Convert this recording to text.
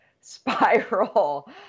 spiral